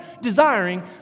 desiring